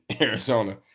Arizona